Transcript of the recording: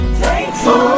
thankful